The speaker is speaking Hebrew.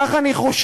כך אני חושש,